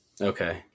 Okay